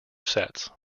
sets